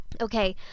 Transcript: Okay